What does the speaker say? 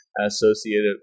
associated